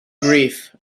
grief